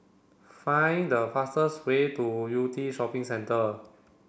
find the fastest way to Yew Tee Shopping Centre